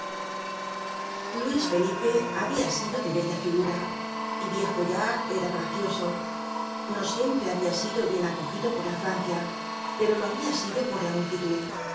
fuis felipe habia sido de bella figura y viejo ya era gracioso no siempre habia sido bien acogido por la francia pero lo habia sido por la multitud